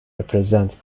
represent